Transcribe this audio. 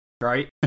right